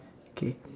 K